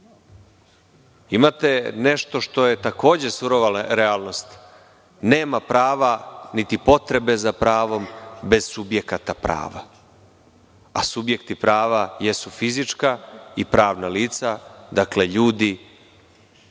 Imate nešto što je takođe surova realnost. Nema prava niti potrebe za pravom bez subjekata prava, a subjekti prava jesu fizička i pravna lica, ljudi